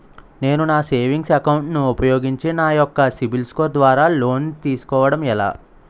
నేను నా savings account ను ఉపయోగించి నా యెక్క సిబిల్ స్కోర్ ద్వారా లోన్తీ సుకోవడం ఎలా?